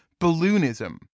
balloonism